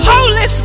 Holy